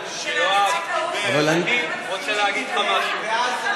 יואב, יואב,